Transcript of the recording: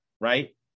right